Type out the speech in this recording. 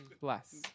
Bless